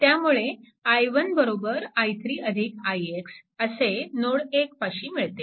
त्यामुळे i1 i3 ix असे node 1 पाशी मिळते